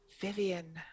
Vivian